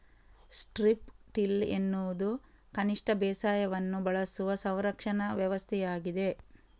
strip till ಎನ್ನುವುದು ಕನಿಷ್ಟ ಬೇಸಾಯವನ್ನು ಬಳಸುವ ಸಂರಕ್ಷಣಾ ವ್ಯವಸ್ಥೆಯಾಗಿದೆ